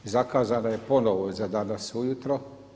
Zakazana je ponovo za danas ujutro.